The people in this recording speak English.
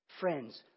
Friends